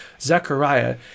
Zechariah